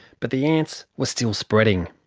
but the ants were still spreading.